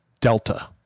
delta